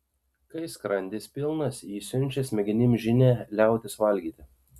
kai skrandis pilnas jis siunčia smegenims žinią liautis valgyti